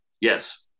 Yes